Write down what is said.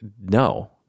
no